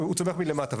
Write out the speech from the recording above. הוא צומח מלמטה.